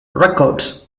records